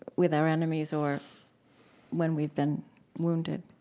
with our enemies, or when we've been wounded,